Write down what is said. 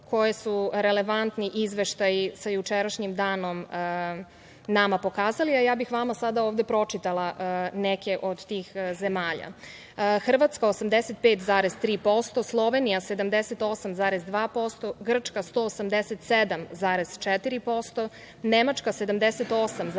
koje su relevantni izveštaji sa jučerašnjim danom nama pokazali, a ja bih vama sada ovde pročitala neke od tih zemalja. Hrvatska 85,3%, Slovenija 78,2%, Grčka 187,4%, Nemačka 78,89%,